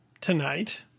Tonight